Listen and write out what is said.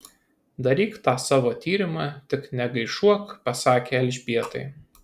daryk tą savo tyrimą tik negaišuok pasakė elžbietai